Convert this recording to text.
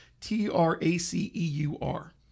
T-R-A-C-E-U-R